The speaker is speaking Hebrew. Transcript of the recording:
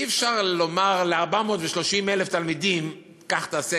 אי-אפשר לומר ל-430,000 תלמידים: כך תעשה,